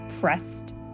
pressed